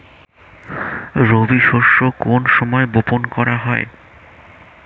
রবি শস্য কোন সময় বপন করা হয়?